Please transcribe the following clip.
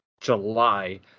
July